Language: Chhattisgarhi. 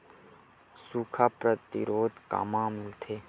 सुखा प्रतिरोध कामा मिलथे?